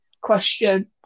question